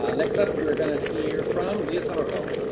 ah next up we're going to hear from leah somerville